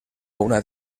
una